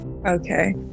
okay